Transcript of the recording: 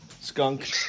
skunk